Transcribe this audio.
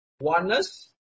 oneness